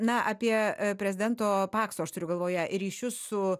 na apie prezidento pakso aš turiu galvoje ryšius su